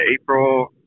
April